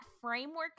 framework